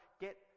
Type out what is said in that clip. get